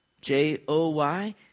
J-O-Y